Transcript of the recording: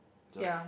just